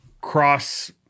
cross